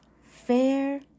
fair